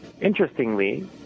interestingly